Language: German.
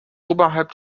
oberhalb